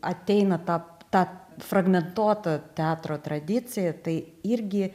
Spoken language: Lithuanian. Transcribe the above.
ateina ta ta fragmentuota teatro tradicija tai irgi